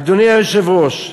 אדוני היושב-ראש,